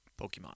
Pokemon